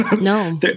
No